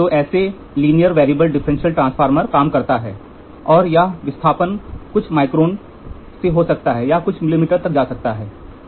तो ऐसे linear variable differential transformer काम करता है और यहां विस्थापन कुछ माइक्रोन से हो सकता है यह कुछ मिलीमीटर तक जा सकता है